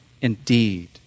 indeed